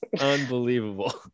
unbelievable